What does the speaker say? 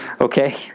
Okay